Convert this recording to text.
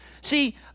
See